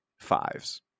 fives